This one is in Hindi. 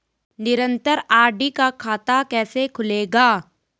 निरन्तर आर.डी का खाता कैसे खुलेगा?